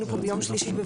שלישי,